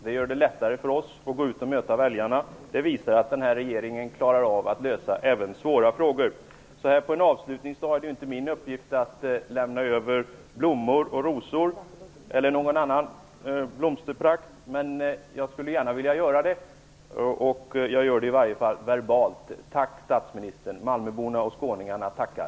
Det gör det lättare för oss att gå ut och möta väljarna. Det visar att denna regering klarar av att lösa även svåra frågor. Så här på en avslutningsdag är det inte min uppgift att lämna över rosor eller andra blommor, men jag skulle gärna vill göra det, och jag gör det i varje fall verbalt. Tack, statsministern! Malmöborna och skåningarna tackar.